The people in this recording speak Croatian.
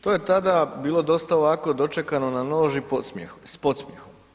To je tada bilo dosta ovako dočekano na nož i s podsmjehom.